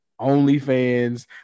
OnlyFans